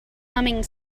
humming